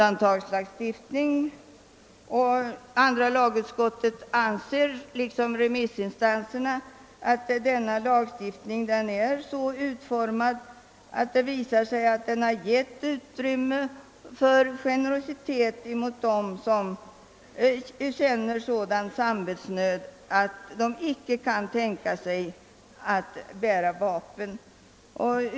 Andra lagutskottet anser liksom remissinstanserna att denna lagstiftning är så utformad att den har gett utrymme för generositet gentemot dem som av samvetsnöd känner att de icke kan hära vapen.